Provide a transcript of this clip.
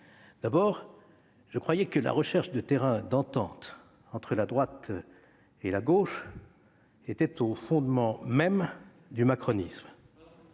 il me semblait que la recherche de terrains d'entente entre la droite et la gauche était au fondement même du macronisme.